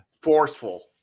forceful